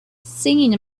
singing